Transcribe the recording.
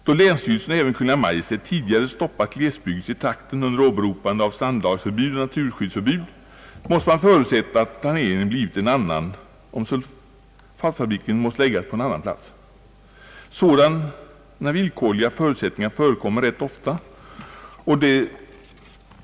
Då länsstyrelsen och även Kungl. Maj:t tidigare stoppat glesbebyggelse i trakten under åberopande av strandlagsförbud och naturskyddsförbud måste man förutsätta att planeringen blivit en annan, om det varit nödvändigt att förlägga sulfatfabriken till en annan plats. Sådana villkorliga förutsättningar förekommer rätt ofta.